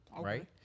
right